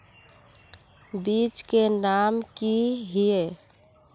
बीज के नाम की हिये?